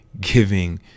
giving